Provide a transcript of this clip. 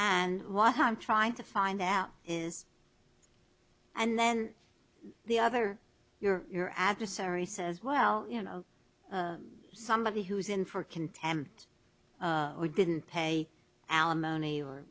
and what harm trying to find out is and then the other your your adversary says well you know somebody who's in for contempt or didn't pay alimony or